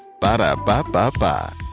Ba-da-ba-ba-ba